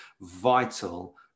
vital